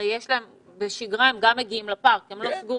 הרי בשגרה הם גם מגיעים לפארק, הם לא סגורים.